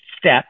step